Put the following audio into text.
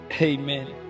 amen